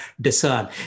discern